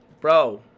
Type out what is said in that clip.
Bro